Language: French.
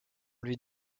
lui